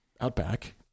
Outback